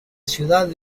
ciudad